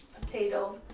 potato